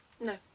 No